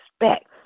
expect